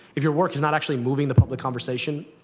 if your work is not actually moving the public conversation,